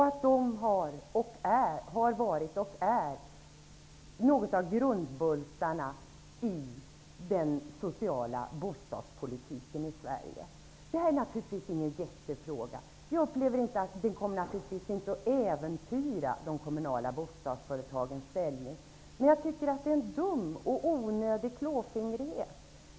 De är och har varit något av grundbultarna i den sociala bostadspolitiken i Sverige. Detta är naturligtvis ingen jättefråga. Jag upplever inte att den kommer att äventyra de kommunala bostadsföretagens ställning. Men jag tycker att detta är en dum och onödig klåfingrighet.